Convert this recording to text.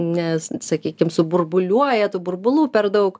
nes sakykim suburbuliuoja tų burbulų per daug